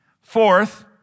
Fourth